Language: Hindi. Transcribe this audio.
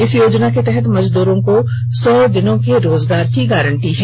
इस योजना के तहत मजदूरों को सौ दिनों के रोजगार की गारंटी है